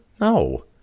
No